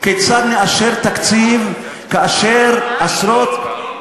כיצד נאשר תקציב כאשר עשרות,